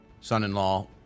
son-in-law